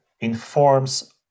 informs